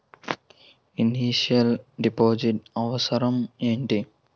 Initial deposit అవసరం ఏమిటి?